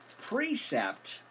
precept